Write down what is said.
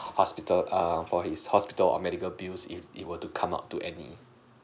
hospital err for his hospital or medical bill if he want to come out to any